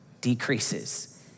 decreases